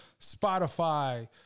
Spotify